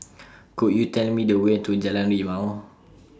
Could YOU Tell Me The Way to Jalan Rimau